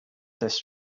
this